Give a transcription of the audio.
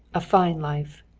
a fine life!